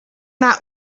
that